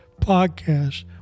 podcast